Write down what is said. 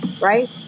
right